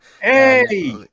Hey